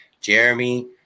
Jeremy –